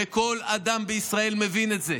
וכל אדם בישראל מבין את זה.